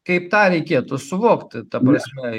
kaip tą reikėtų suvokti ta prasme